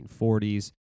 1940s